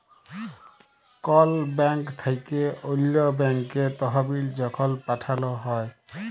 call bank থ্যাইকে অল্য ব্যাংকে তহবিল যখল পাঠাল হ্যয়